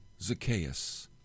Zacchaeus